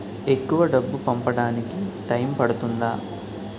ఎక్కువ డబ్బు పంపడానికి టైం పడుతుందా?